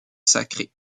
sacrés